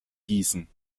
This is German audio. gießen